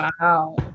Wow